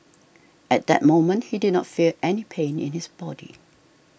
at that moment he did not feel any pain in his body